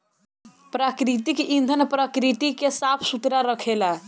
प्राकृतिक ईंधन प्रकृति के साफ सुथरा रखेला